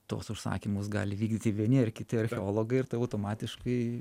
tuos užsakymus gali vykdyti vieni ar kiti archeologai ir tai automatiškai